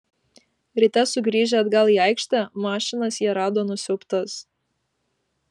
ryte sugrįžę atgal į aikštę mašinas jie rado nusiaubtas